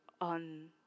on